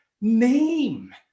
name